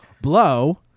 Blow